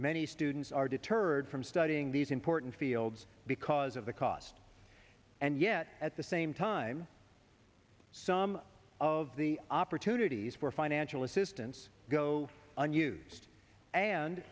many students are deterred from studying these important fields because of the cost and yet at the same time some of the opportunities for financial assistance go unused and